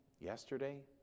yesterday